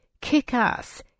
kick-ass